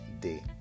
day